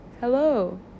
Hello